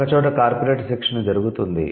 ఒక చోట కార్పొరేట్ శిక్షణ జరుగుతోంది